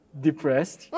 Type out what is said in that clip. depressed